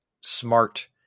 smart